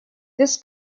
this